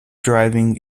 driving